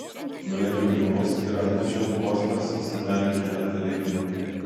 nulėkiau į namus ir atnešiau kostios seneliui keletą leidinių